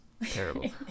Terrible